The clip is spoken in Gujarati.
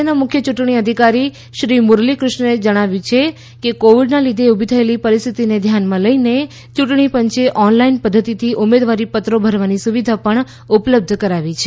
રાજ્યના મુખ્ય યૂંટણી અધિકારી શ્રી મુરલીકૃષ્ણે જણાવ્યું છે કે કોવીડના લીધે ઉભી થયેલી પરિસ્થીતીને ધ્યાનમાં લઈને ચૂંટણી પંચે ઓનલાઈન પદ્વતીથી ઉમેદવારી પત્રો ભરવાની સુવિધા પણ ઉપલબ્ધ કરાવી છે